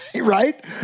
right